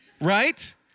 right